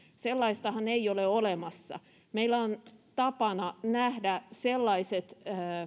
sellaistahan ei ole olemassa meillä on tapana nähdä sellaiset